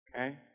Okay